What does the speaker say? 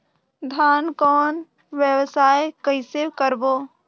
धान कौन व्यवसाय कइसे करबो?